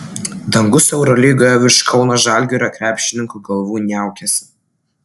dangus eurolygoje virš kauno žalgirio krepšininkų galvų niaukiasi